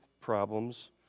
problems